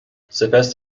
سپس